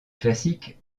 classique